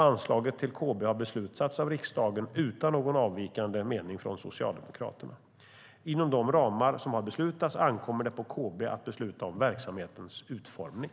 Anslaget till KB har beslutats av riksdagen utan någon avvikande mening från Socialdemokraterna. Inom de ramar som har beslutats ankommer det på KB att besluta om verksamhetens utformning.